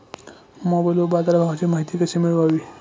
मोबाइलवर बाजारभावाची माहिती कशी मिळवावी?